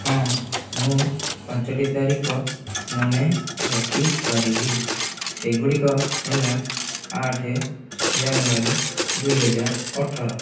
ହଁ ମୁଁ ପାଞ୍ଚଟି ତାରିଖ ମନେରଖିପାରିବି ସେଗୁଡ଼ିକ ହେଲା ଆଠ ଜାନୁଆରୀ ଦୁଇହଜାର ଅଠର